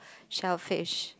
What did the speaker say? shellfish